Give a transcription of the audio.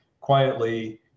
quietly